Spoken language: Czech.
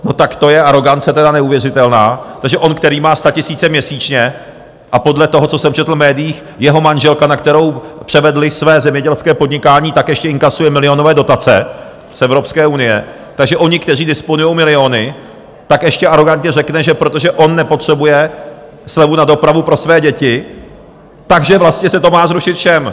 No tak to je arogance tedy neuvěřitelná, protože on, který má statisíce měsíčně, a podle toho, co jsem četl v médiích, jeho manželka, na kterou převedl své zemědělské podnikání, tak ještě inkasuje milionové dotace z Evropské unie, takže oni, kteří disponují miliony, tak ještě arogantně řekne, že protože on nepotřebuje slevu na dopravu pro své děti, takže vlastně se to má zrušit všem!